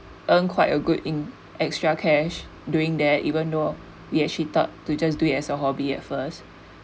earn quite a good in extra cash doing there even though we actually thought to just do it as a hobby at first